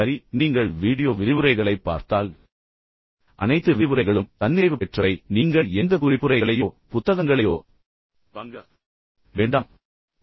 சரி நீங்கள் வீடியோ விரிவுரைகளை பார்த்தால் அனைத்து விரிவுரைகளும் தன்னிறைவு பெற்றவை இதை படிக்க நீங்கள் எந்த குறிப்புரைகளையோ அல்லது எந்த புத்தகங்களையோ வாங்க வேண்டியதில்லை